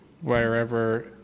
wherever